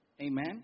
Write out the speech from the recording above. Amen